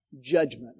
Judgment